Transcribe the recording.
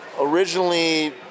Originally